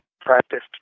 practiced